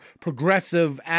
progressive